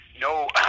No